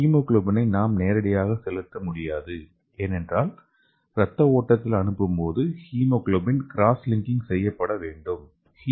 ஹீமோகுளோபினை நாம் நேரடியாக செலுத்த முடியாது ஏனென்றால் இரத்த ஓட்டத்தில் அனுப்பும்போது ஹீமோகுளோபின் கிராஸ் லின்க்கிங் செய்யப்படவேண்டும் வேண்டும்